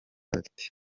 ati